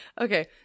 Okay